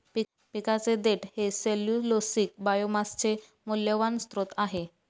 पिकाचे देठ हे सेल्यूलोसिक बायोमासचे मौल्यवान स्त्रोत आहे